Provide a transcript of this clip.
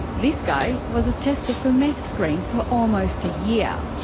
this guy was a tester for meth screen for almost a year.